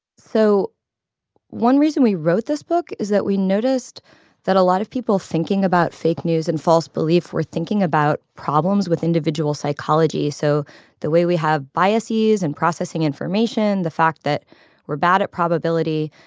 so one reason we wrote this book is that we noticed that a lot of people thinking about fake news and false belief were thinking about problems with individual psychology, so the way we have biases and processing information, the fact that we're bad at probability.